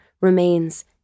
remains